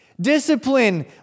Discipline